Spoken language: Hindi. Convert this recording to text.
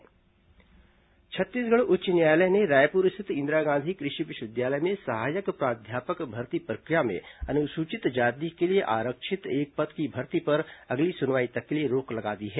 हाईकोर्ट सहायक प्राध्यापक भर्ती छत्तीसगढ़ उच्च न्यायालय ने रायपुर स्थित इंदिरा गांधी कृषि विश्वविद्यालय में सहायक प्राध्यापक भर्ती प्रक्रिया में अनुसूचित जाति के लिए आरक्षित एक पद की भर्ती पर अगली सुनवाई तक के लिए रोक लगा दी है